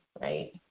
right